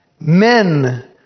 Men